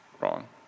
wrong